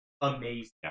amazing